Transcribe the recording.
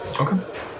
Okay